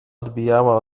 odbijała